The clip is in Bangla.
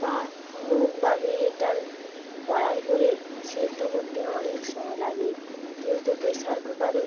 বা মুগ বা বিউলির ডাল কড়াই করে সেদ্ধ করতে অনেক সময় লাগে কিন্তু প্রেশার কুকারে